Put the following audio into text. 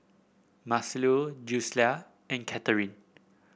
Marcelo Julisa and Katherin